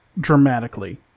dramatically